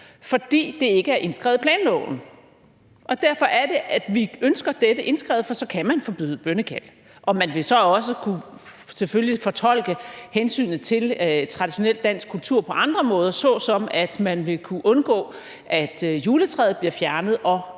fordi det ikke er indskrevet i planloven, og det er derfor, at vi ønsker dette indskrevet. For så kan man forbyde bønnekald, og man vil så selvfølgelig også kunne fortolke hensynet til traditionel dansk kultur på andre måder, såsom at man vil kunne undgå, at juletræet bliver fjernet og